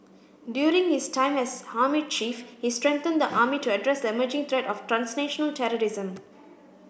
during his time as army chief he strengthened the army to address the emerging threat of transnational terrorism